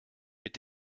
mit